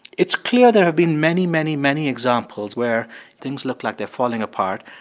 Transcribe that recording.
it's clear there have been many, many, many examples where things look like they're falling apart,